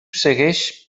segueix